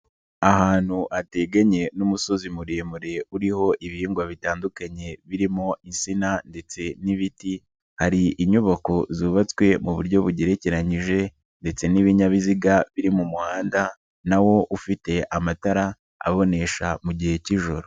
Ahantu hateganye n'umusozi muremure uriho ibihingwa bitandukanye birimo izina ndetse n'ibiti, hari inyubako zubatswe mu buryo bugerekeranyije ndetse n'ibinyabiziga biri mu muhanda, n'awo ufite amatara abonesha mu gihe cy'ijoro.